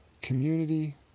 community